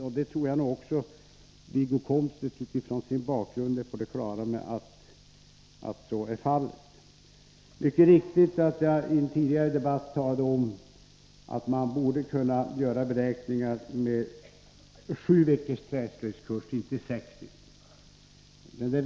Jag tror också att Wiggo Komstedt med sin bakgrund är på det klara med att så är fallet. Det är mycket riktigt att jag i en tidigare debatt sade att man borde kunna göra beräkningar med en sjuveckors träslöjdskurs i stället för med en sexveckors.